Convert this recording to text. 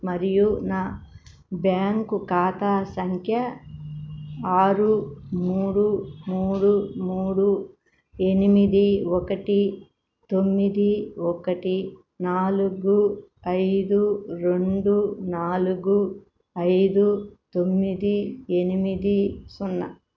మరియు నా బ్యాంకు ఖాతా సంఖ్య ఆరు మూడు మూడు మూడు ఎనిమిది ఒకటి తొమ్మిది ఒకటి నాలుగు ఐదు రెండు నాలుగు ఐదు తొమ్మిది ఎనిమిది సున్నా